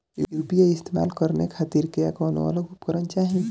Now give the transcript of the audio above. UPI इस्तेमाल करने खातिर क्या कौनो अलग उपकरण चाहीं?